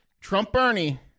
Trump-Bernie